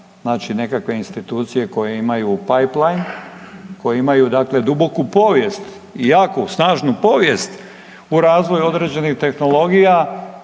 znači nekakve institucije koje imaju PayPlajn, koje imaju dakle duboku povijest i jaku, snažnu povijest u razvoju određenih tehnologija.